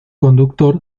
conductor